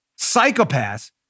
psychopaths